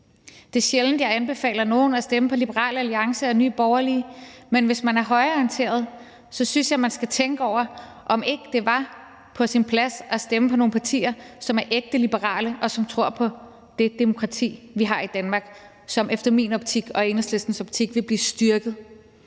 Det er sjældent, at jeg anbefaler nogen at stemme på Liberal Alliance og Nye Borgerlige, men hvis man er højreorienteret, så synes jeg, at man skal tænke over, om ikke det var på sin plads at stemme på nogle partier, som er ægte liberale, og som tror på det demokrati, vi har i Danmark, og som i min optik og i Enhedslistens optik vil blive styrket